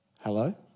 Hello